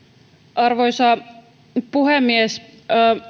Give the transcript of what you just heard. arvoisa puhemies